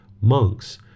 Monks